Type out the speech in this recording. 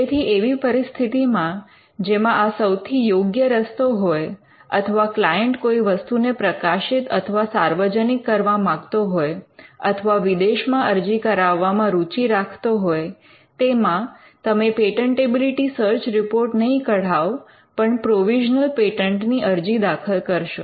તેથી એવી પરિસ્થિતિમાં જેમા આ સૌથી યોગ્ય રસ્તો હોય અથવા ક્લાયન્ટ કોઈ વસ્તુને પ્રકાશિત અથવા સાર્વજનિક કરવા માગતો હોય અથવા વિદેશમાં અરજી કરાવવામાં રુચિ રાખતો હોય તેમાં તમે પેટન્ટેબિલિટી સર્ચ રિપોર્ટ નહીં કઢાવો પણ પ્રોવિઝનલ પેટન્ટની અરજી દાખલ કરશો